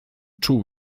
czuł